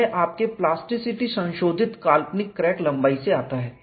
यह आपके प्लास्टिसिटी संशोधित काल्पनिक क्रैक लंबाई से आता है